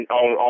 on